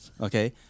Okay